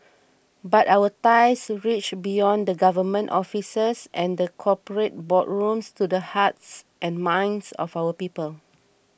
but our ties reach beyond the government offices and the corporate boardrooms to the hearts and minds of our people